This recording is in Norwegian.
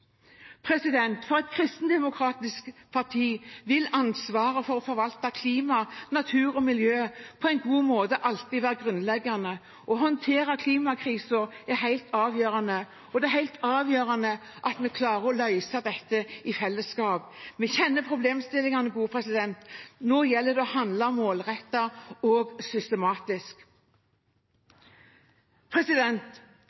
For et kristendemokratisk parti vil ansvaret for å forvalte klima, natur og miljø på en god måte alltid være grunnleggende. Å håndtere klimakrisen er helt avgjørende, og det er helt avgjørende at vi klarer å løse dette i fellesskap. Vi kjenner problemstillingene, og nå gjelder det å handle målrettet og